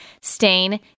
stain